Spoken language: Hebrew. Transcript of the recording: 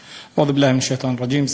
אעוד' באללה מן א-שיטאן א-רג'ים.